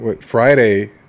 Friday